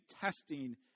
testing